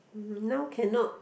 mm now cannot